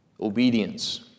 Obedience